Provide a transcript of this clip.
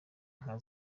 nka